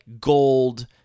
gold